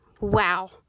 Wow